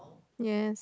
yes